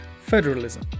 Federalism